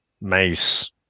mace